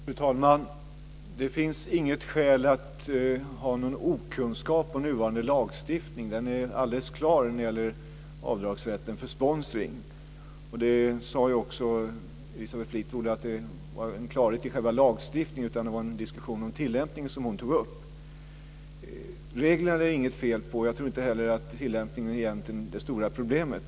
Fru talman! Det finns inget skäl till okunskap om nuvarande lagstiftning. Denna är alldeles klar när det gäller avdragsrätten för sponsring. Elisabeth Fleetwood sade ju att det inte gällde klarheten i själva lagstiftningen utan att det var en diskussion om tilllämpningen som hon tog upp. Reglerna är det inget fel. Jag tror att inte heller tillämpningen egentligen är det stora problemet.